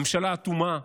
ממשלה אטומה,